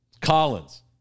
Collins